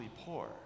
poor